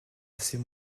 assez